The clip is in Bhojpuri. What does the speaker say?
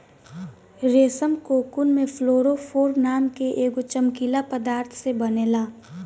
रेशम कोकून में फ्लोरोफोर नाम के एगो चमकीला पदार्थ से बनेला